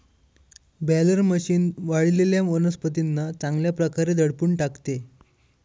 baler machine वाळलेल्या वनस्पतींना चांगल्या प्रकारे दडपून टाकते